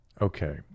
Okay